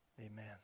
Amen